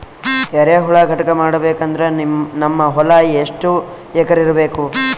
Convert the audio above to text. ಎರೆಹುಳ ಘಟಕ ಮಾಡಬೇಕಂದ್ರೆ ನಮ್ಮ ಹೊಲ ಎಷ್ಟು ಎಕರ್ ಇರಬೇಕು?